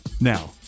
Now